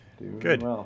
Good